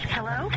Hello